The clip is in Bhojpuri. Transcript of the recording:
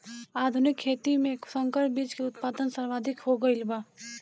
आधुनिक खेती में संकर बीज के उत्पादन सर्वाधिक हो गईल बा